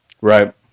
Right